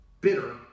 bitter